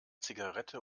zigarette